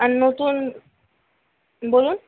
আর নতুন বলুন